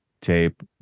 tape